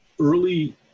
early